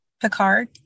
Picard